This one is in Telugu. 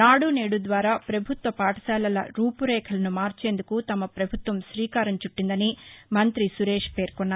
నాడు నేడు ద్వారా ప్రభుత్వ పాఠశాలల రూపురేఖలను మార్చేందుకు తమ ప్రభుత్వం శీకారం చుట్టిందని మంతి సురేష్ పేర్కొన్నారు